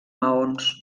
maons